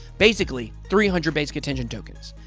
basically, three hundred basic attention tokens.